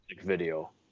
video